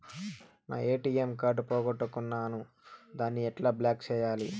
నా ATM card పోగొట్టుకున్నాను, దాన్ని ఎట్లా బ్లాక్ సేయాలి?